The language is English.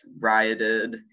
rioted